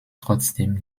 trotzdem